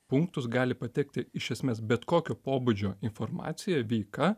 punktus gali patekti iš esmės bet kokio pobūdžio informacija veika